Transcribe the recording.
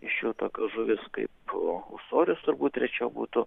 iš jų tokios žuvy s kaip usoris turbūt rečiau būtų